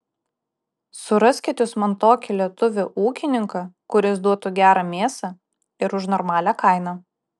suraskit jūs man tokį lietuvį ūkininką kuris duotų gerą mėsą ir už normalią kainą